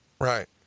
Right